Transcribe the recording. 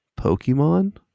Pokemon